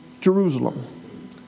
Jerusalem